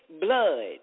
blood